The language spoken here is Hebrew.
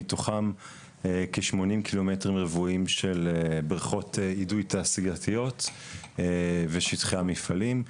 מתוכם כ- 80 קילומטרים רבועים של בריכות אידוי תעשייתיות ושטחי המפעלים,